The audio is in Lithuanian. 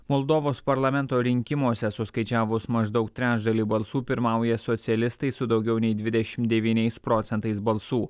moldovos parlamento rinkimuose suskaičiavus maždaug trečdalį balsų pirmauja socialistai su daugiau nei dvidešimt devyniais procentais balsų